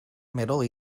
middle